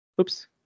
oops